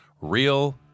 real